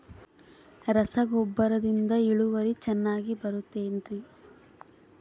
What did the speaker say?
ರಸಗೊಬ್ಬರದಿಂದ ಇಳುವರಿ ಚೆನ್ನಾಗಿ ಬರುತ್ತೆ ಏನ್ರಿ?